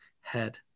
head